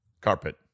carpet